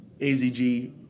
AZG